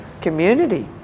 Community